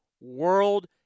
world